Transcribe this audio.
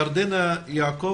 ירדנה יעקב,